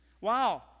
Wow